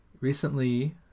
Recently